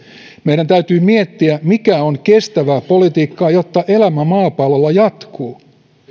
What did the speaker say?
meidän täytyy miettiä mikä on kestävää politiikkaa jotta elämä maapallolla jatkuu